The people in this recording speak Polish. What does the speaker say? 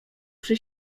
przy